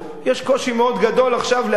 יש קושי מאוד גדול עכשיו להביא